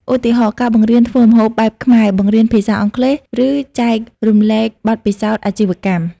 ឧទាហរណ៍ ការបង្រៀនធ្វើម្ហូបបែបខ្មែរ បង្រៀនភាសាអង់គ្លេស ឬចែករំលែកបទពិសោធន៍អាជីវកម្ម។